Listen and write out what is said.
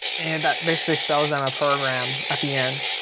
and that basically sells them a program at the end.